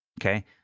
Okay